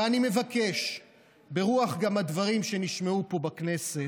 ואני מבקש ברוח גם הדברים שנשמעו פה בכנסת,